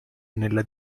nella